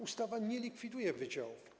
Ustawa nie likwiduje wydziałów.